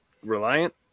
reliant